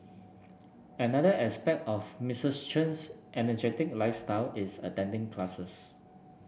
another aspect of Mistress Chen's energetic lifestyle is attending classes